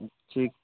ठीक